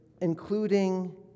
including